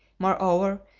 moreover,